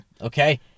Okay